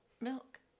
Milk